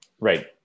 right